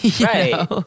right